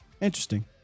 Interesting